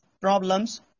problems